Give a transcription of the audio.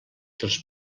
dels